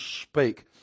speak